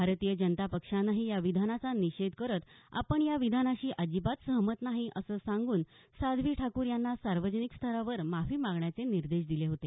भारतीय जनता पक्षानंही या विधानाचा निषेध करत आपण या विधानाशी अजिबात सहमत नाही असं सांगून साध्वी ठाकूर यांना सार्वजनिक स्तरावर माफी मागण्याचे निर्देश दिले होते